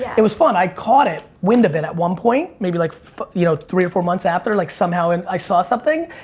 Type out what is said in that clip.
it was fun. i caught wind of it at one point. maybe like you know three or four months after. like somehow and i saw something.